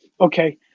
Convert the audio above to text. okay